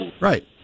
right